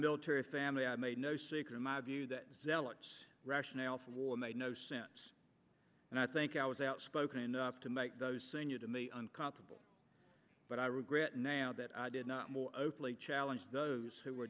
military family i made no secret my view that zealots rationale for war made no sense and i think i was outspoken enough to make those uncomparable but i regret now that i did not more openly challenge those who